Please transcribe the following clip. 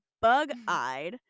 bug-eyed